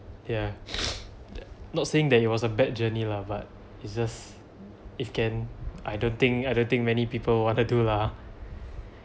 ya not saying that it was a bad journey lah but it's just if can I don't think I don't think many people wanted to do lah